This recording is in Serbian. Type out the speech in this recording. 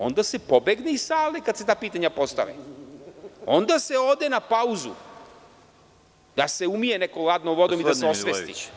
Onda se pobegne iz sale kada se ta pitanja postave, onda se ode na pauzu da se neko umije hladnom vodom i da se osvesti